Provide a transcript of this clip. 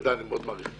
תודה, אני מאוד מעריך.